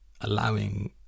allowing